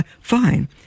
Fine